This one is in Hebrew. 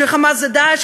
ש"חמאס" זה "דאעש",